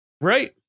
Right